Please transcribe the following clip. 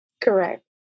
Correct